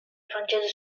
francese